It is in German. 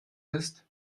ist